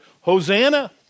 Hosanna